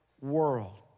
world